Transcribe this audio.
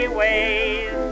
ways